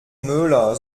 möller